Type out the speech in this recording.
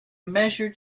measure